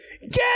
get